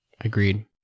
Agreed